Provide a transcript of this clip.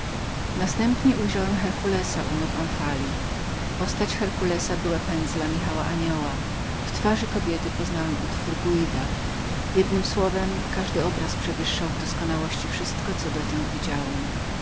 następnie ujrzałem herkulesa u nóg omfali postać herkulesa była pędzla michała anioła w twarzy kobiety poznałem utwór gwida jednem słowem każdy obraz w tej sali przewyższał w doskonałości wszystko co dotąd widziałem